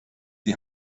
die